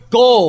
go